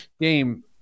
game